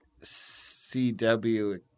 CW